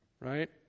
Right